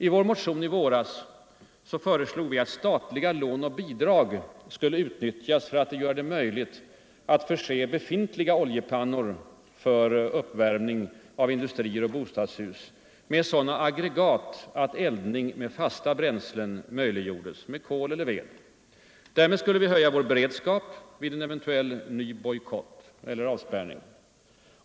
I vår motion i våras föreslog vi att statliga lån och bidrag skulle utnyttjas för att göra det möjligt att förse befintliga oljepannor för uppvärmning av industrier och bostadshus med sådana aggregat att eldning med fasta bränslen, kol eller ved, möjliggjordes. Därmed skulle vi höja vår beredskap vid en eventuell ny bojkott eller avspärrning.